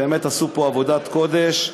באמת עשו פה עבודת קודש.